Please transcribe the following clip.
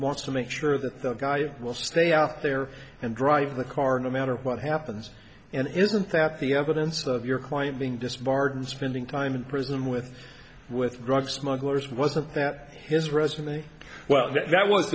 wants to make sure that the guy will stay out there and drive the car no matter what happens and isn't that the evidence of your client being disbarred and spending time in prison with with drug smugglers wasn't that his resume well that w